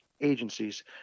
agencies